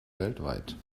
weltweit